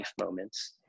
moments